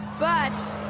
but.